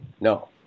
no